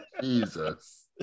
Jesus